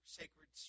sacred